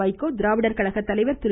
வைகோ திராவிட கழக தலைவர் திரு